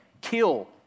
kill